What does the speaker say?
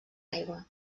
aigua